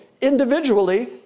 individually